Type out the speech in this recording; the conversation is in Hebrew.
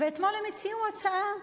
אתמול הם הציעו הצעה: